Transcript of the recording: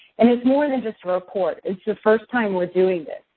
and it's more than just a report it's the first time we're doing this.